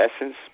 essence